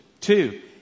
Two